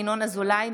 ינון אזולאי,